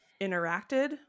interacted